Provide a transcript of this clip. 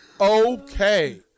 Okay